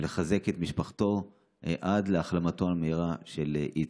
ולחזק את משפחתו עד להחלמתו המהירה של איציק.